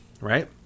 right